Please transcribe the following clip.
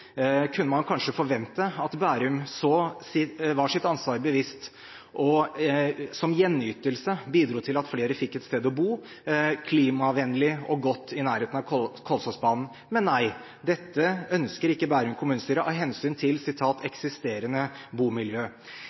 kunne man kanskje forvente at Bærum var sitt ansvar bevisst, og som gjenytelse bidro til at flere fikk et sted å bo, klimavennlig og godt i nærheten av Kolsåsbanen. Nei, dette ønsker ikke Bærum kommunestyre av hensyn til eksisterende bomiljø.